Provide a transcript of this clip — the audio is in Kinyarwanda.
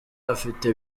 afite